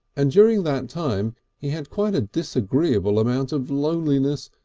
and during that time he had quite a disagreeable amount of loneliness,